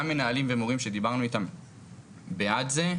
גם מנהלים ומורים שדיברנו איתם בעד זה,